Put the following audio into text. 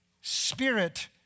spirit